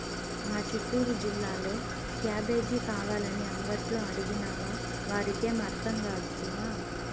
మా చిత్తూరు జిల్లాలో క్యాబేజీ కావాలని అంగట్లో అడిగినావా వారికేం అర్థం కాదు సుమా